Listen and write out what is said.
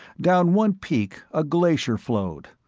down one peak a glacier flowed,